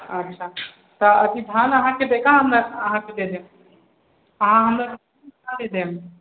अच्छा तऽ धान अहाँ के बिकायब अहाँके अहाँ हमर